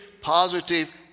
positive